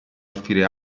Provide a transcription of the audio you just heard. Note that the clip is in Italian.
offrire